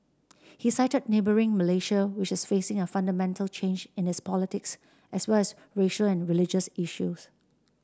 he cited neighbouring Malaysia which is facing a fundamental change in its politics as well as racial and religious issues